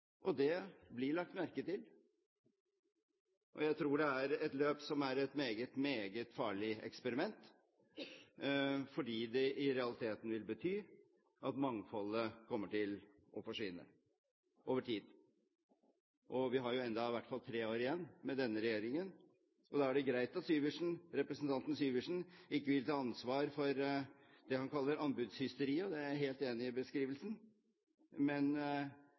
kjøre. Det blir lagt merke til. Jeg tror det er et løp som er et meget farlig eksperiment, fordi det i realiteten vil bety at mangfoldet kommer til å forsvinne – over tid. Vi har jo ennå i hvert fall tre år igjen med denne regjeringen, og da er det greit at representanten Syversen ikke vil ta ansvar for det han kaller «anbudshysteri». Jeg er helt enig i den beskrivelsen. Men